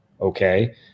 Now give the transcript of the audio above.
okay